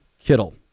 Kittle